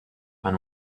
and